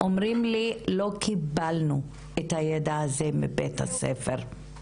אומרים לי לא קיבלנו את הידע הזה מבית הספר,